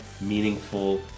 meaningful